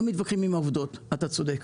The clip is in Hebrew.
לא מתווכחים עם העובדות, אתה צודק,